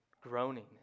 groaning